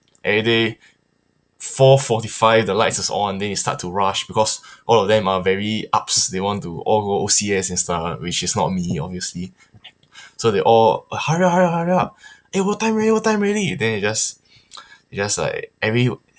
every day four forty five the lights is on then you start to rush because all of them are very ups they want to all go O_C_S and stuff which is not me obviously so they all hurry up hurry up hurry up eh what time already what time already then we just we just like every